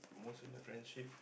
most in a friendship